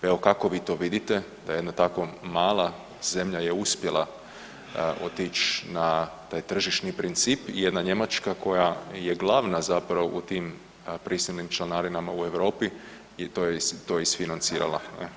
Evo, kako vi to vidite da jedna tako mala zemlja je uspjela otić na taj tržišni princip i jedna Njemačka koja je glavna zapravo u tim prisilnim članarinama u Europi i to je, to je isfinancirala.